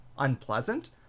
Unpleasant